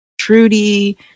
Trudy